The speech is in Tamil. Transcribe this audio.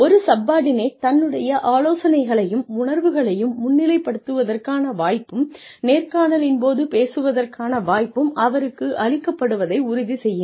ஒரு சப்பார்ட்டினேட் தன்னுடைய ஆலோசனைகளையும் உணர்வுகளையும் முன்னிலை படுத்துவதற்கான வாய்ப்பும் நேர்காணலின் போது பேசுவதற்கான வாய்ப்பும் அவருக்கு அளிக்கப்படுவதை உறுதி செய்யுங்கள்